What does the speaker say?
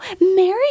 Mary